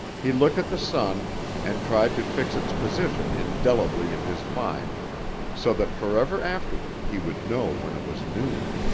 he looked at the sun and tried to fix its position indelibly in his mind so that forever afterward he would know when it was noon.